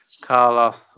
carlos